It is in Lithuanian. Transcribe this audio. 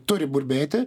turi burbėti